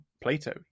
Plato